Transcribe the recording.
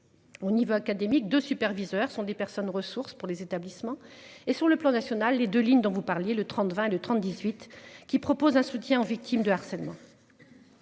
Au niveau académique de superviseurs sont des personnes ressources pour les établissements et sur le plan national et de lignes dont vous parliez, le 30 20 de 30 18 qui propose un soutien aux victimes de harcèlement.